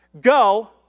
Go